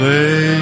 Lay